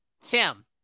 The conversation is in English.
Tim